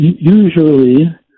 usually